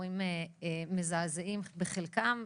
סיפורים מזעזעים בחלקם,